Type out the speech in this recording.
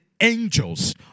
angels